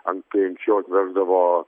an tai anksčiau atveždavo